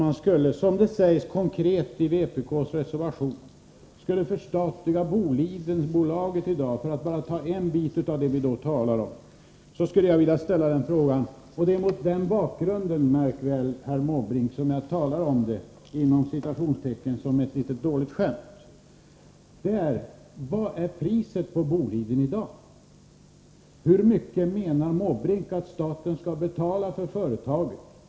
Om vi som det står i vpk:s motion skulle förstatliga Bolidenbolaget, för att nu beröra bara en bit av vad vi talar om, skulle jag vilja fråga: Vad är priset på Bolidenbolaget i dag? Märk väl Bertil Måbrink: Det var mot denna bakgrund som jag talade om ”ett lite dåligt skämt”. Hur mycket skall staten betala för företaget?